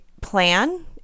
plan